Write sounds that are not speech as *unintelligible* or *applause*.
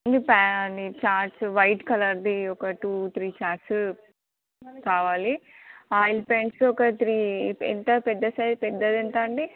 ఇంక *unintelligible* charts white కలర్ది ఒక టూ త్రీ చార్ట్స్ కావాలి ఆయిల్ పెయింట్స్ ఒక త్రీ పెద్ద పెద్ద సైజ్ పెద్దదెంత అండి